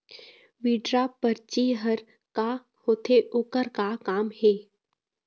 Withdraw परची हर का होते, ओकर का काम हे?